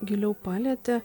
giliau palietė